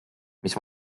mis